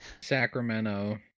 sacramento